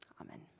Amen